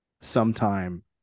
sometime